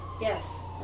yes